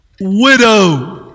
widow